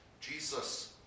Jesus